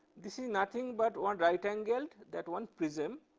this is nothing but one right angled, that one prism,